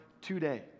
today